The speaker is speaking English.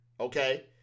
okay